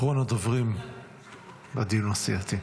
אחרון הדוברים בדיון הסיעתי.